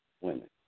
Women